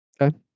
okay